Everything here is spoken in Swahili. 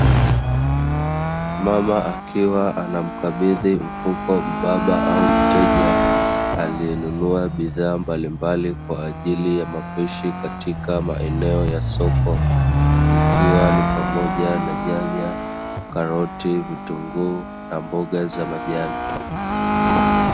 Mama akiwa anamkabidhi mfuko mbaba au mteja aliyenunua bidhaa mbalimbali kwa ajili ya mapishi katika maeneo ya soko, ikiwa ni pamoja na nyanya, karoti, vitunguu na mboga za majani.